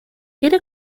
era